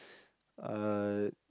uh